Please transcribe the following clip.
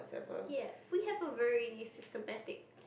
ya we have a very systematic